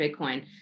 Bitcoin